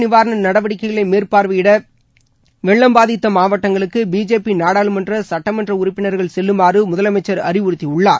நிவாரண நடவடிக்கைகளை மேற்பார்வையிட வெள்ளம் பாதித்த மாவட்டங்களுக்கு பிஜேபி நாடாளுமன்ற சட்டமன்ற உறுப்பினர்கள் செல்லுமாறு முதலமைச்சர் அறிவுறுத்தியுள்ளார்